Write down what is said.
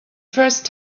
first